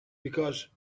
because